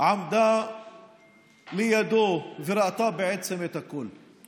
עמדה לידו וראתה בעצם את הכול.